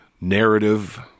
narrative